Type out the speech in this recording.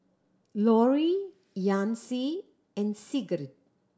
Laurie Yancy and Sigrid